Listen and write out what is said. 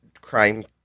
crime